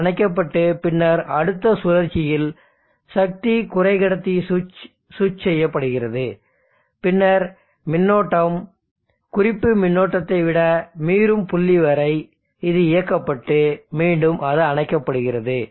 அது அணைக்கப்பட்டு பின்னர் அடுத்த சுழற்சியில் சக்தி குறைக்கடத்தி சுவிட்ச் சுவிட்ச் செய்யப்படுகிறது பின்னர் மின்னோட்டம் குறிப்பு மின்னோட்டத்தை விட மீறும் புள்ளி வரை இது இயக்கப்பட்டு மீண்டும் அது அணைக்கப்படுகிறது